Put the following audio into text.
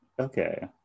Okay